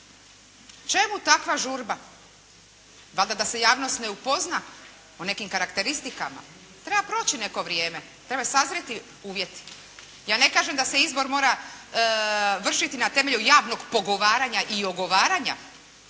Čemu takva žurba? Valjda da se javnost ne upozna o nekim karakteristikama, treba proći neko vrijeme, trebaju sazrijeti uvjeti. Ja ne kažem da se izbor mora vršiti na temelju javnog pogovaranja i ogovaranja,